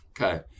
Okay